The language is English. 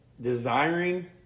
desiring